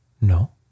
No